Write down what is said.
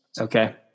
Okay